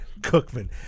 Cookman